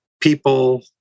people